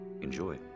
Enjoy